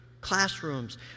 classrooms